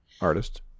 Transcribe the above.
artist